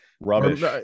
rubbish